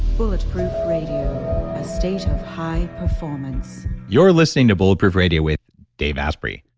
bulletproof radio, a state of high performance you're listening to bulletproof radio with dave asprey.